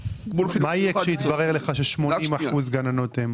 מה יהיה כשיתברר לך ש-80 אחוזים גננות אם?